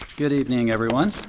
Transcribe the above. good evening, everyone.